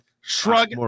shrug